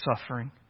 suffering